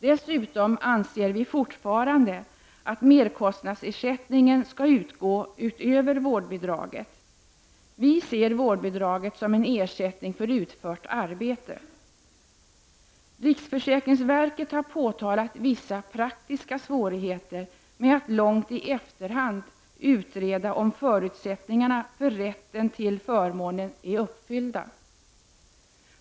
Dessutom anser vi fortfarande att merkostnadsersättningen skall utgå utöver vårdbidraget. Vi ser vårdbidraget som en ersättning för utfört arbete. Riksförsäkringsverket har påtalat vissa praktiska svårigheter med att långt i efterhand utreda om förutsättningarna för rätten till förmånen är uppfyllda.